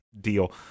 deal